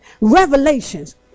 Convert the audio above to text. revelations